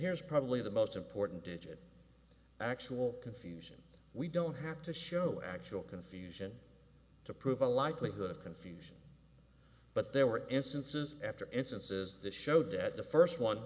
here's probably the most important digit actual confusion we don't have to show actual confusion to prove the likelihood of confusion but there were instances after instances that showed that the first one